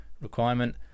requirement